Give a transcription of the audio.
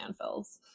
landfills